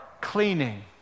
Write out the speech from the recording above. cleaning